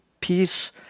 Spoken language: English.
peace